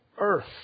earth